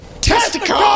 testicle